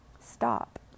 stop